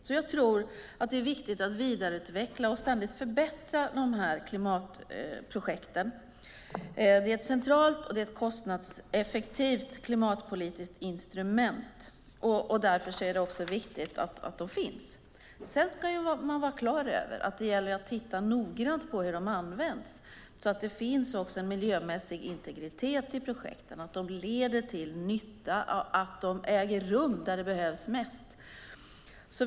Det är viktigt att vidareutveckla och ständigt förbättra dessa klimatprojekt. Det är ett centralt och kostnadseffektivt klimatpolitiskt instrument, och därför är det viktigt att de finns. Samtidigt ska man vara klar över att det gäller att titta noggrant på hur de används så att det finns en miljömässig integritet i projekten, att de leder till nytta och att de äger rum där de bäst behövs.